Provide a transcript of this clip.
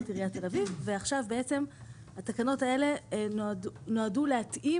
עיריית תל אביב ועכשיו בעצם התקנות האלה נועדו להתאים